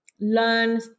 learn